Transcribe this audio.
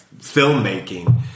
filmmaking